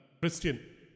Christian